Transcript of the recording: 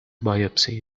biopsy